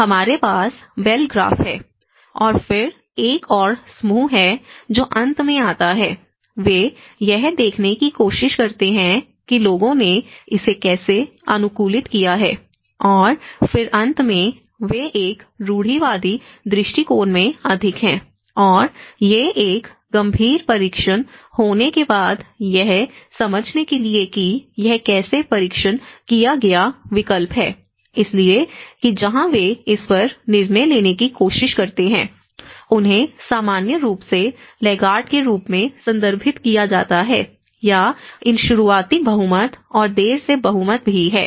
हमारे पास bell graph है और फिर एक और समूह है जो अंत में आता है वे यह देखने की कोशिश करते हैं कि लोगों ने इसे कैसे अनुकूलित किया है और फिर अंत में वे एक रूढ़िवादी दृष्टिकोण में अधिक हैं और ये एक गंभीर परीक्षण होने के बाद यह समझने के लिए कि यह कैसे परीक्षण किया गया विकल्प है इसलिए कि जहां वे इस पर निर्णय लेने की कोशिश करते हैं उन्हें सामान्य रूप से लैगार्ड के रूप में संदर्भित किया जाता है या इन शुरुआती बहुमत और देर से बहुमत भी है